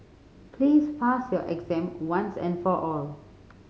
please pass your exam once and for all